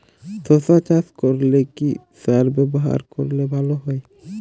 শশা চাষ করলে কি সার ব্যবহার করলে ভালো হয়?